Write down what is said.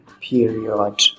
period